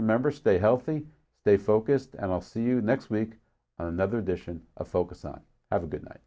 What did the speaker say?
remember stay healthy they focused and i'll see you next week another edition of focus on have a good night